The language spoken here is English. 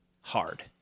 hard